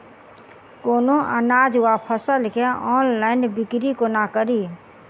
कोनों अनाज वा फसल केँ ऑनलाइन बिक्री कोना कड़ी?